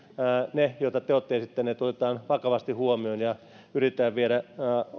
ne asiat joita te te olette esittäneet otetaan vakavasti huomioon ja yritetään viedä